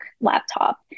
laptop